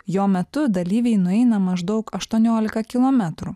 jo metu dalyviai nueina maždaug aštuoniolika kilometrų